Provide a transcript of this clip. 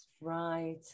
Right